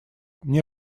мне